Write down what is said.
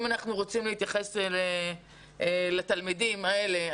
אם אנחנו רוצים להתייחס לתלמידים האלה,